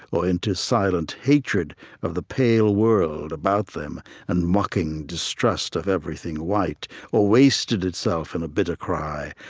or into silent hatred of the pale world about them and mocking distrust of everything white or wasted itself in a bitter cry,